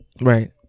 right